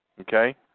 okay